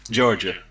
Georgia